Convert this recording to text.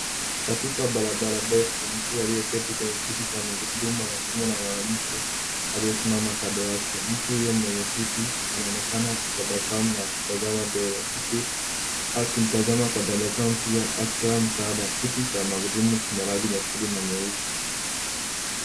Katika barabara ndefu mtu aliye kiti kwenye kiti cha magurudumu anasungumwa na mwanamke aliyesimama kando yake mtu huyu mwenye kiti anaonekana akitabasamu na kutasama mbele huku akimtasama kwa tabasamu pia akitoa msaada. Kiti cha magudumu kina rangi nyekundu na nyeusi.